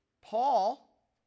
Paul